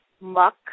muck